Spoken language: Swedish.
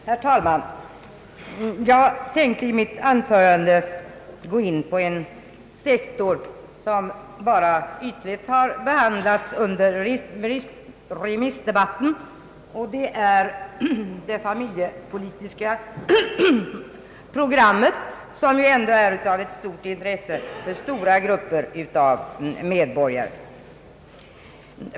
Herr talman! Jag tänker i mitt anförande gå in på en sektor som endast ytligt behandlats under remissdebatten hittills, och det är det familjepolitiska programmet, som ju ändå är av stort intresse för stora grupper av medborgare.